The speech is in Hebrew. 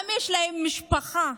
גם להם יש משפחה.